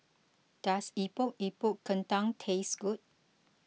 does Epok Epok Kentang taste good